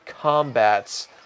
combats